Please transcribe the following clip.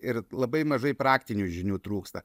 ir labai mažai praktinių žinių trūksta